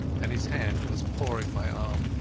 and his hand was pawing my arm.